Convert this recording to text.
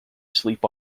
sleep